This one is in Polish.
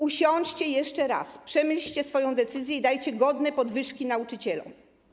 Usiądźcie jeszcze raz, przemyślcie swoją decyzję i dajcie godne podwyżki nauczycielom.